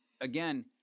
again